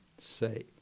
say